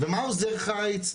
ומה עוזר חיץ?